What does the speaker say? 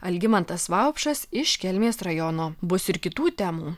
algimantas vaupšas iš kelmės rajono bus ir kitų temų